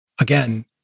Again